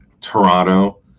Toronto